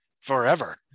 forever